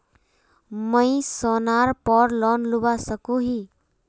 मुई सोनार पोर लोन लुबा सकोहो ही?